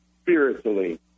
spiritually